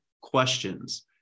questions